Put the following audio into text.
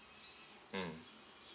mm